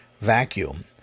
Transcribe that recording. vacuum